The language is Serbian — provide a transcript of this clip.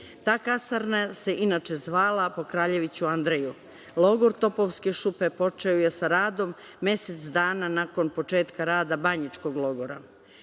Ta kasarna se, inače, zvala po kraljeviću Andreju. Logor „Topovske šupe“ počeo je sa radom mesec dana nakon početka rada „Banjičkog logora“.Na